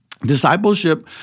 Discipleship